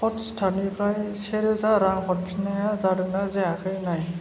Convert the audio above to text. हटस्टारनिफ्राय सेरोजा रां हरफिन्नाया जादोंना जायाखै नाय